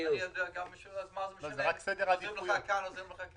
מה זה משנה אם עוזרים לך כאן או שם?